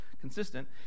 consistent